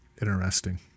Interesting